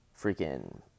freaking